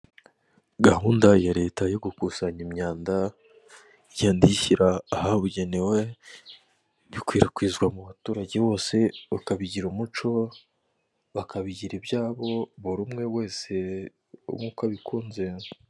Gahunda ya leta yo gukusanya imyanda igenda iyinshyira ahabugenewe bikwirakwizwa mu baturage bose bakabigira umuco bakabigira ibyabo buri umwe wese nk'uko abikunze.